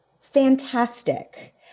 fantastic